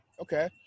Okay